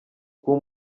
kuba